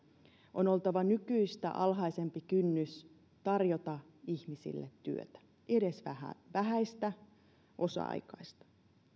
on oltava nykyistä alhaisempi kynnys tarjota ihmisille työtä edes vähäistä osa aikaista